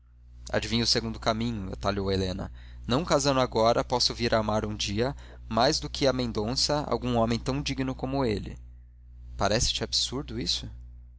adivinho o segundo caminho atalhou helena não casando agora posso vir a amar um dia mais do que a mendonça algum homem tão digno como ele parece te absurdo isso